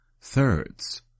thirds